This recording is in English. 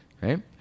right